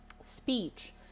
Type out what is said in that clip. speech